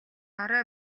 орой